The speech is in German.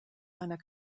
einer